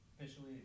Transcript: officially